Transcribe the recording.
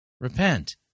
Repent